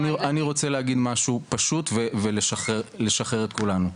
אני רוצה להגיד משהו פשוט ולשחרר את כולנו.